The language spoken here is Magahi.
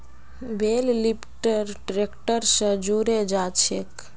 बेल लिफ्टर ट्रैक्टर स जुड़े जाछेक